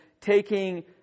taking